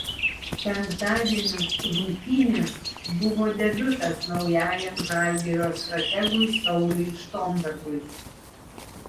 penktadienio rungtynės buvo debiutas naujajam žalgirio strategui sauliui štombergui